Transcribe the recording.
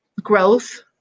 growth